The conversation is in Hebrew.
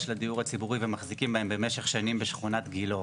של הדיור הציבורי ומחזיקים בהם במשך שנים בשכונת גילה.